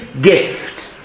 gift